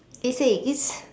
eh say again